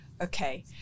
Okay